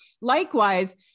Likewise